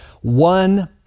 one